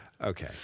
Okay